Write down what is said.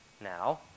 Now